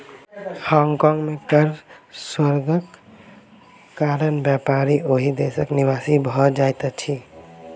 Hong Kong में कर स्वर्गक कारण व्यापारी ओहि देशक निवासी भ जाइत अछिं